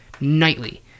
nightly